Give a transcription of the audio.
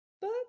book